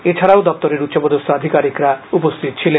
এছাড়াও দপ্তরের উষ্চপদস্থ আধিকারিকগণ উপস্থিত ছিলেন